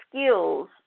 skills